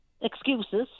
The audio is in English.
excuses